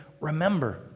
remember